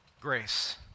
grace